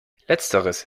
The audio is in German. letzteres